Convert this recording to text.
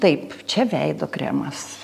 taip čia veido kremas